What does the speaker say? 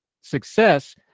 success